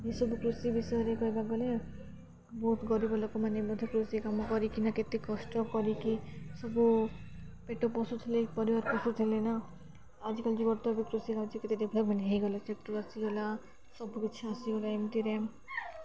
ଏସବୁ କୃଷି ବିଷୟରେ କହିବାକୁ ଗଲେ ବହୁତ ଗରିବ ଲୋକମାନେ ମଧ୍ୟ କୃଷି କାମ କରିକି ନା କେତେ କଷ୍ଟ କରିକି ସବୁ ପେଟ ପୋଷୁଥିଲେ ପରିବାର ପୋଷୁଥିଲେ ନା ଆଜିକାଲି ଯୁଗରେ ତ ଏ ବି କୃଷି କଉୁଚି କେତେ ଡେଭଲପମେଣ୍ଟ ହେଇଗଲା ଟ୍ରାକ୍ଟର ଆସିଗଲା ସବୁକିଛି ଆସିଗଲା ଏମିତିରେ